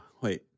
wait